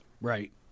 right